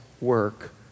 work